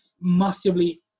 massively